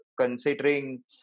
considering